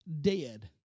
dead